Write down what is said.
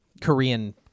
Korean